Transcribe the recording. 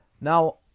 Now